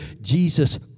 Jesus